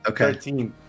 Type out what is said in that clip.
Okay